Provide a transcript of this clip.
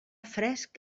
fresc